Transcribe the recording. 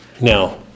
now